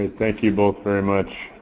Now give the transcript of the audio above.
ah thank you both very much.